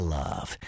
love